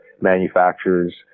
manufacturers